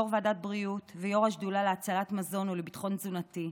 יו"ר ועדת בריאות ויו"ר השדולה להצלת מזון ולביטחון תזונתי,